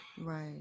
right